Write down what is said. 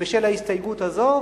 בשל ההסתייגות הזאת,